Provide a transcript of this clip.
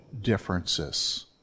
differences